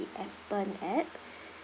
appen app